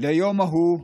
ליום ההוא,